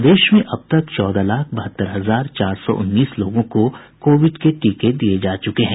प्रदेश में अब तक चौदह लाख बहत्तर हजार चार सौ उन्नीस लोगों को कोविड के टीके दिये जा चुके हैं